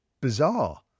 bizarre